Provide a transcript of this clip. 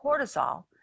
cortisol